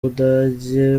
budage